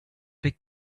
big